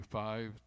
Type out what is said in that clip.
five